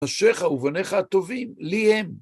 נשיך ובניך הטובים, לי הם.